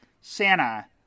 Santa